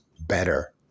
better